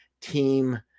team